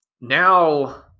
Now